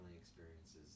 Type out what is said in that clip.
experiences